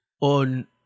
on